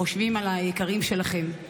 חושבים על היקרים שלכם,